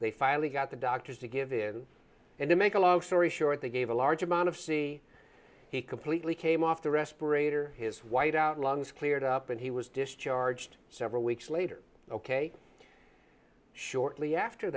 finally got the doctors to give in and to make a long story short they gave a large amount of c he completely came off the respirator his white out lungs cleared up and he was discharged several weeks later ok shortly after